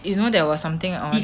you know there was something I'm on